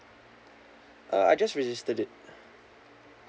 uh I just registered it